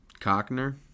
Cockner